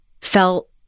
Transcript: felt